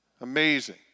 Amazing